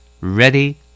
ready